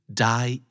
die